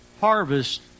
harvest